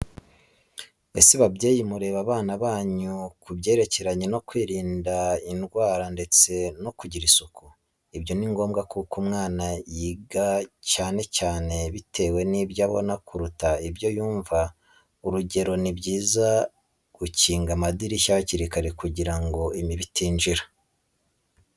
Ese babyeyi mubera abana banyu urugero mu hereranye no kwirinda indwara ndetse no kugira isuku? Ibyo ni ngombwa kuko umwana yiga cyane cyane bitewe nibyo abona kuruta ibyo yumva. Urugero, nibyiza gukinga amadirishya hakiri kare kugira ngo imibu itinjira.